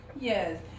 yes